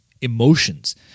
emotions